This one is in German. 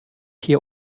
hier